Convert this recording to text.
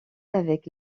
avec